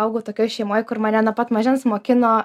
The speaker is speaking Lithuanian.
augau tokioj šeimoj kur mane nuo pat mažens mokino